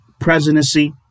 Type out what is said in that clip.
presidency